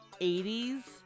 80s